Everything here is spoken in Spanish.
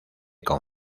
con